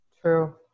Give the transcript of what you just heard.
true